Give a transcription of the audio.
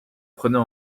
prenez